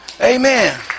Amen